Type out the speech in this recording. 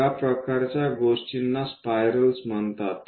या प्रकारच्या गोष्टींना स्पायरल्स म्हणतात